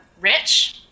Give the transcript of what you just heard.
rich